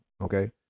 okay